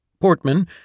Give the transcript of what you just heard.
Portman